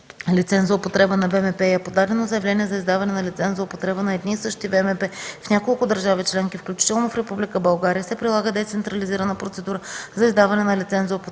лиценз за употреба на ВМП и е подадено заявление за издаване на лиценз за употреба на един и същи ВМП в няколко държави членки, включително в Република България, се прилага децентрализирана процедура за издаване на лиценз на употреба.”